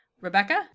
Rebecca